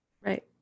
Right